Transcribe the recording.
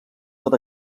tot